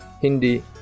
Hindi